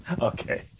okay